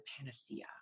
panacea